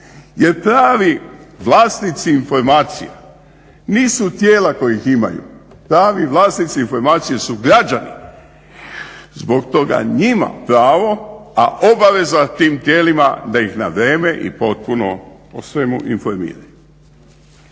Jer pravi vlasnici informacija nisu tijela koja ih imaju, pravi vlasnici informacija su građani. Zbog toga njima pravo, a obaveza tim tijelima da ih na vrijeme i potpuno o svemu informiraju.